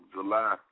July